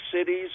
cities